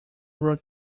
wrote